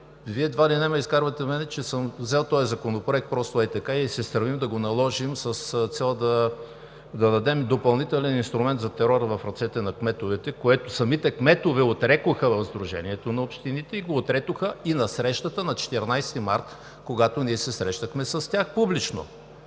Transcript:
Вие едва ли не ме изкарвате мен, че съм взел този законопроект просто ей така и се стремим да го наложим с цел да дадем допълнителен инструмент за терора в ръцете на кметовете, което самите кметове отрекоха в Сдружението на общините и го отрекоха и на срещата на 14 март, когато ние се срещнахме с тях публично!